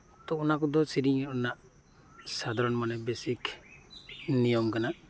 ᱛᱚ ᱚᱱᱟᱠᱚᱫᱚ ᱥᱮᱨᱮᱧ ᱨᱮᱱᱟᱜ ᱥᱟᱫᱷᱟᱨᱚᱱ ᱢᱟᱱᱮ ᱵᱮᱥᱤᱠ ᱱᱤᱭᱚᱢ ᱠᱟᱱᱟ